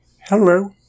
Hello